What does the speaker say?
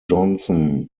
johnson